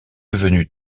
devenus